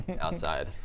outside